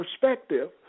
perspective